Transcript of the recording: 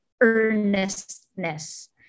earnestness